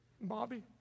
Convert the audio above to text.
Bobby